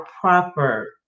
proper